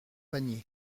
panier